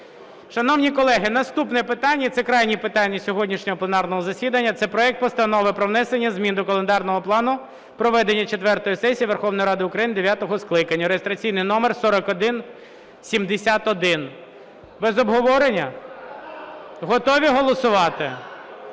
Шановні колеги, наступне питання, це крайнє питання сьогоднішнього пленарного засідання. Це проект Постанови про внесення змін до календарного плану проведення четвертої сесії Верховної Ради України дев'ятого скликання (реєстраційний номер 4171). Без обговорення? Готові голосувати?